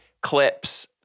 clips